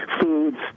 foods